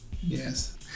Yes